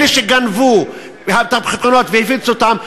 אלה שגנבו את הבחינות והפיצו אותן,